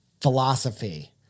philosophy